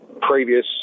previous